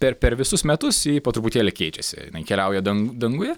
per per visus metus ji po truputėlį keičiasi jinai keliauja dan danguje